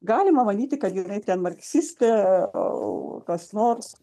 galima manyti kad jinai ten marksistė a o kas nors